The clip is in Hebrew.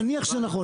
נניח שזה נכון,